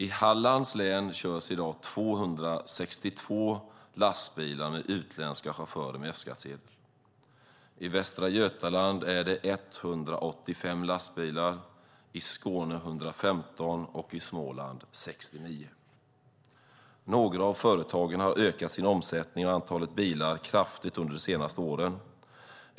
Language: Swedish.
I Hallands län körs i dag 262 lastbilar med utländska chaufförer med F-skattsedel. I Västra Götaland är det 185 lastbilar. I Skåne är det 115 och i Småland 69. Några av företagen har ökat sin omsättning och antalet bilar kraftigt under de senaste åren.